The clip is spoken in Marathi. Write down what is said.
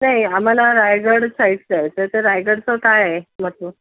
नाही आम्हाला रायगड साईडचं तर रायगडचं काय आहे महत्त्व